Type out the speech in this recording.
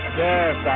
yes